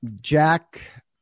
Jack